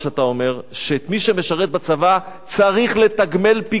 שאת מי שמשרת בצבא צריך לתגמל פי כמה וכמה,